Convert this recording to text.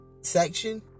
section